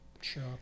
sure